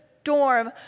storm